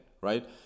right